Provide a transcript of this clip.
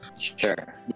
Sure